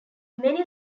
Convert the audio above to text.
many